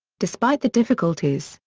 despite the difficulties,